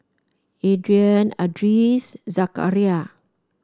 Aryan Idris Zakaria